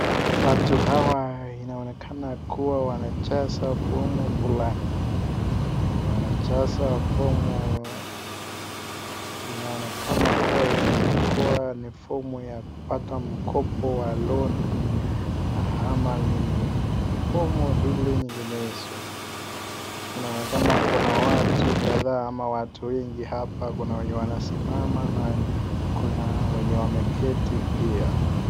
Watu hawa inaonekana kuwa wanajaza fomu fulani. Wanajaza fomu inaonekana kuwa inaweza kuwa ni fomu ya kupata mkopo wa loan ama ni fomu hili nyinginezo. Inaonekana kuna watu kadhaa ama watu wengi hapa kuna wenye wanasimama na kuna wenye wameketi pia.